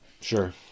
Sure